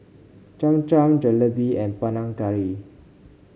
Cham Cham Jalebi and Panang Curry